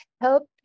help